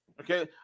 okay